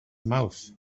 mouth